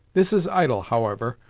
this is idle, however,